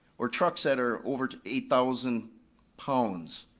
or trucks that are over eight thousand pounds.